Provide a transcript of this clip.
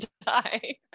die